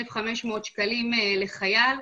1,500 שקלים לחייל,